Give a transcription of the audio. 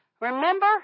Remember